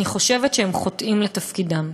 אני חושבת שהם חוטאים לתפקידם.